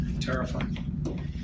terrifying